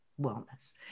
wellness